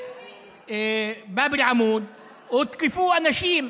בבאב אל-עמוד הותקפו אנשים,